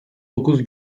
dokuz